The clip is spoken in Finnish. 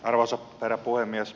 arvoisa herra puhemies